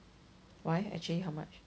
why actually how much